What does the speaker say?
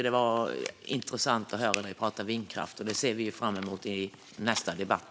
Det var intressant att höra dig prata om vindkraft, och jag ser fram emot nästa debatt.